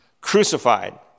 crucified